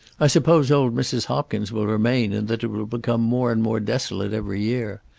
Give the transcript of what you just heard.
i suppose old mrs. hopkins will remain, and that it will become more and more desolate every year.